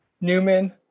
Newman